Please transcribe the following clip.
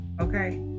okay